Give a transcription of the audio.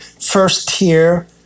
first-tier